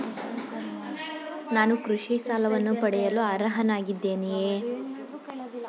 ನಾನು ಕೃಷಿ ಸಾಲವನ್ನು ಪಡೆಯಲು ಅರ್ಹನಾಗಿದ್ದೇನೆಯೇ?